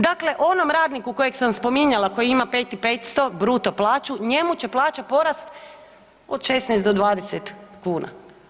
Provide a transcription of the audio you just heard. Dakle, onom radniku kojeg sam spominjala koji ima 5.500 bruto plaću, njemu će plaća porast od 16 do 20 kuna.